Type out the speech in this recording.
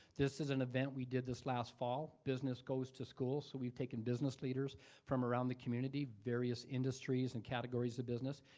this is an event we did this last fall, business goes to school, so we've taken business leaders from around the community, various industries and categories of business,